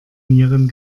nieren